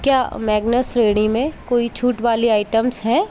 क्या मैग्नस श्रेणी में कोई छूट वाली आइटम्स हैं